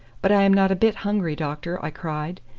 but i am not a bit hungry, doctor, i cried.